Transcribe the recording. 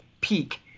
peak